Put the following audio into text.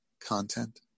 content